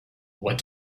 what